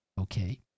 Okay